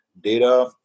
data